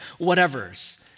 whatevers